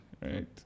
right